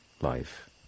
life